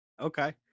Okay